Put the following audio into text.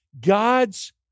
God's